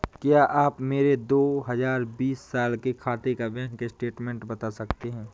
क्या आप मेरे दो हजार बीस साल के खाते का बैंक स्टेटमेंट बता सकते हैं?